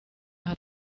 hat